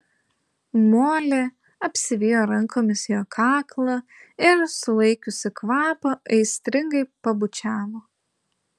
molė apsivijo rankomis jo kaklą ir sulaikiusi kvapą aistringai pabučiavo